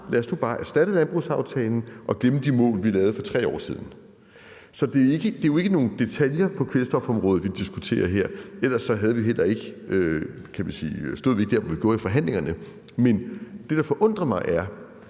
lad os nu bare erstatte landbrugsaftalen og glemme de mål, vi lavede for 3 år siden. Så det er jo ikke nogle detaljer på kvælstofområdet, vi diskuterer her; ellers stod vi heller ikke, hvor vi gør i forhandlingerne. Men det, der forundrer mig, er,